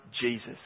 Jesus